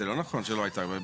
זה לא נכון שלא הייתה.